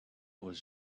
was